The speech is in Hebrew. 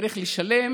צריך לשלם